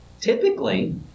typically